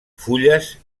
fulles